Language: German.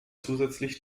zusätzlich